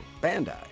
Bandai